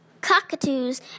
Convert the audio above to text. cockatoos